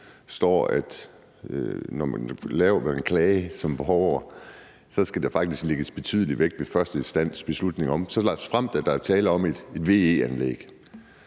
står, at når man som borger vil klage, skal der faktisk lægges betydelig vægt ved 1. instansens beslutning, såfremt der er tale om et VE-anlæg?